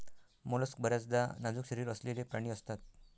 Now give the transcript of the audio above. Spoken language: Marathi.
मोलस्क बर्याचदा नाजूक शरीर असलेले प्राणी असतात